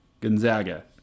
Gonzaga